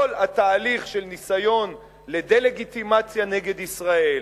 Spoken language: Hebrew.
כל התהליך של ניסיון לדה-לגיטימציה של ישראל,